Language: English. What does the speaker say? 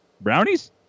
Brownies